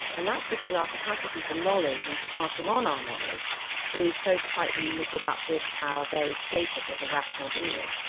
and that's because our capacity for knowledge and for passing on our ah knowledge is so tightly knitted up with our very status as a rational being.